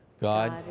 God